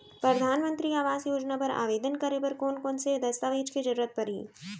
परधानमंतरी आवास योजना बर आवेदन करे बर कोन कोन से दस्तावेज के जरूरत परही?